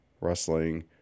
Wrestling